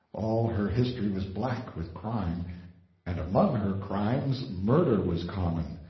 all her history was black with crime and among her crimes murder was common.